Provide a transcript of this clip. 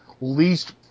least